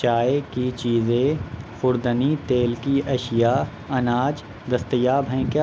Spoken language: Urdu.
چائے کی چیزیں خوردنی تیل کی اشیاء اناج دستیاب ہیں کیا